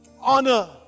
honor